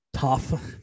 Tough